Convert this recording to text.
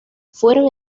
fueron